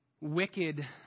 wicked